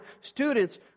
students